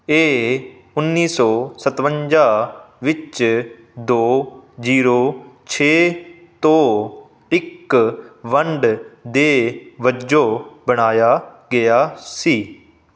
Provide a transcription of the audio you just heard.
ਇਹ ਉੱਨੀ ਸੌ ਸੱਤਵੰਜਾ ਵਿੱਚ ਦੋ ਜ਼ੀਰੋ ਛੇ ਤੋਂ ਇੱਕ ਵੰਡ ਦੇ ਵਜੋਂ ਬਣਾਇਆ ਗਿਆ ਸੀ